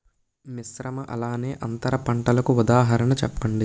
మిశ్రమ అలానే అంతర పంటలకు ఉదాహరణ చెప్పండి?